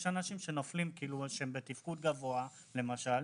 יש אנשים שהם בתפקוד גבוה למשל,